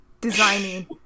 Designing